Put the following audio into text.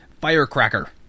firecracker